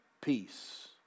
peace